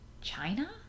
China